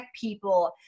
people